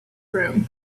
room